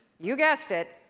you guessed it!